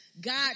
God